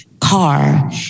car